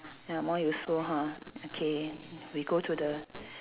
ya more useful ha okay we go to the